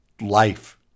life